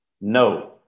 No